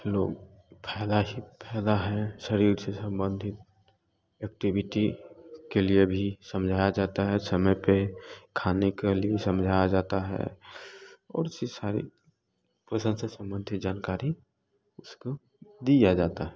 लोग फायदा ही फायदा है शरीर से सम्बंधित एक्टीविटी के लिए भी समझाया जाता है समय पर खाने के लिए समझाया जाता है और सी सारी पोषण संबंधित जानकारी उसको दिया जाता है